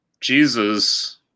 Jesus